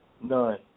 None